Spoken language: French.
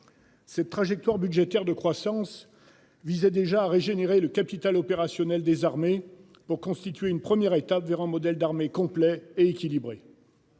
Cette trajectoire budgétaire de croissance visait déjà à régénérer le capital opérationnel des armées pour constituer une première étape vers un modèle d'armée complet et équilibré.